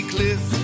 Cliff